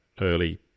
early